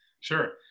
Sure